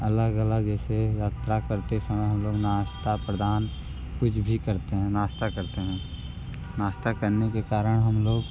अलग अलग ऐसे यात्रा करते समय हम लोग नाश्ता प्रदान कुछ भी करते हैं नाश्ता करते हैं नाश्ता करने के कारण हम लोग